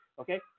Okay